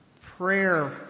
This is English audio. prayer